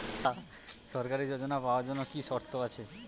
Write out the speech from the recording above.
সরকারী যোজনা পাওয়ার জন্য কি কি শর্ত আছে?